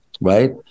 right